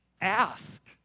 ask